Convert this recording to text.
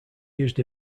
used